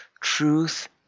truth